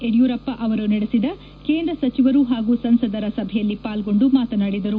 ಯಡಿಯೂರಪ್ಪ ಅವರು ನಡೆಸಿದ ಕೇಂದ್ರ ಸಚವರು ಪಾಗೂ ಸಂಸದರ ಸಭೆಯಲ್ಲಿ ಪಾಲ್ಲೊಂಡು ಮಾತನಾಡಿದರು